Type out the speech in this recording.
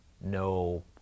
no